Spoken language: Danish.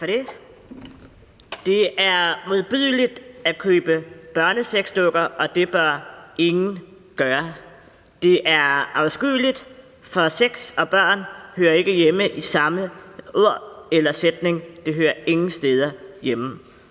Det er modbydeligt at købe børnesexdukker, og det bør ingen gøre. Det er afskyeligt, for sex og børn hører ikke hjemme i samme ord eller sætning. Det hører ingen steder hjemme.